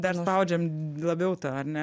dar spaudžiam labiau tą ar ne